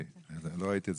יש את